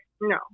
No